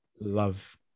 love